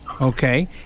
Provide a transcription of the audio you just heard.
Okay